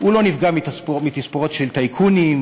הוא לא נפגע מתספורות של טייקונים,